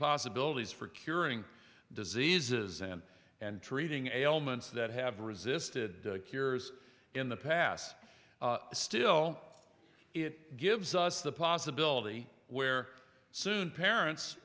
possibilities for curing diseases and and treating ailments that have resisted cures in the past still it gives us the possibility where soon parents